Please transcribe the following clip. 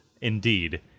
indeed